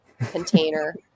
container